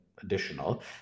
additional